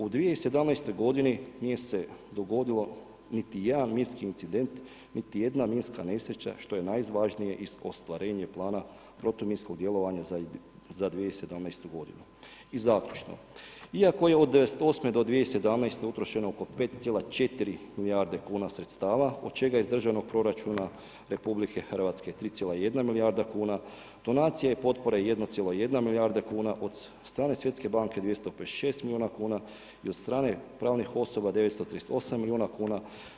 U 2017. g. nije se dogodilo niti jedan minski incident, niti jedna minska nesreća što je najvažnije iz ostvarenja plana protuminskog djelovanja za 2017. g. I završno, iako je od '98. do 2017. utrošeno oko 5,4 milijarde kuna sredstava od čega iz državnog proračuna RH 3,1 milijarda kuna, donacije i potpore 1,1 milijarda kuna, od strane Svjetske banke 256 milijuna kuna i od strane pravnih osoba 938 milijuna kuna.